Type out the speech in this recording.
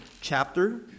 chapter